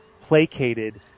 placated